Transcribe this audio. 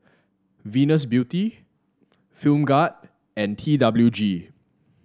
Venus Beauty Film Grade and T W G